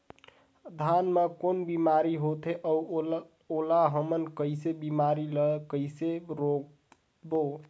धान मा कौन बीमारी होथे अउ ओला हमन कइसे बीमारी ला कइसे रोकबो?